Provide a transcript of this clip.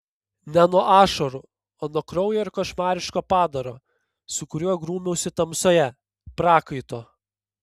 ne nuo ašarų o nuo kraujo ir košmariško padaro su kuriuo grūmiausi tamsoje prakaito